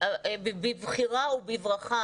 מבחירה ובברכה,